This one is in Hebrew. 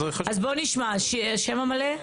אז בוא נשמע, השם המלא?